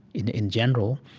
in in general.